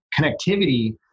connectivity